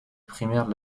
primaire